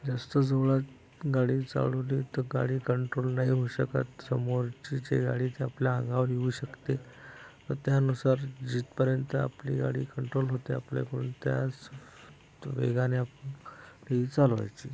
जास्त जोरात गाडी चालवली तर गाडी कंट्रोल नाही होऊ शकत समोरच्याची गाडी ती आपल्या अंगावर येऊ शकते तर त्यानुसार जिथपर्यंत आपली गाडी कंट्रोल होते आपल्याकडून त्याच वेगाने आपण गाडी चालवायची